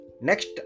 next